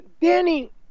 Danny